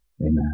Amen